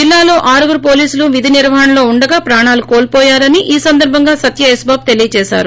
జిల్లాలో ఆరుగురు పోలీసులు విధినిర్వహణలో ఉండగా ప్రాణాలు కోల్పోయారని ఈ సందర్బంగా సత్య యేసుబాబు తెలియజేశారు